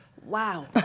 Wow